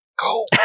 Go